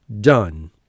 done